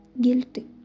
guilty